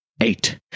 Eight